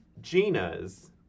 Gina's